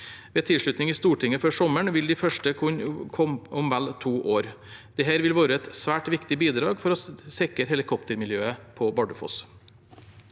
Ved tilslutning i Stortinget før sommeren vil de første kunne komme om vel to år. Dette vil være et svært viktig bidrag for å sikre helikoptermiljøet på Bardufoss.